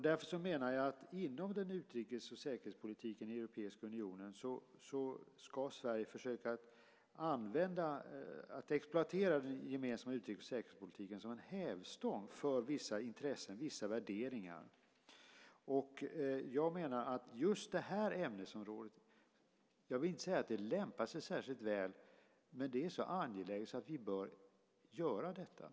Därför menar jag att Sverige inom den europeiska unionen ska försöka exploatera den gemensamma utrikes och säkerhetspolitiken som en hävstång för vissa intressen och värderingar. Jag menar att just det här ämnesområdet - jag vill inte säga att det lämpar sig särskilt väl för det - är så angeläget att vi bör göra detta.